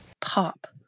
Pop